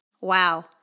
Wow